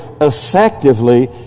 effectively